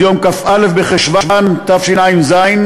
עד יום כ"א בחשוון תשע"ז,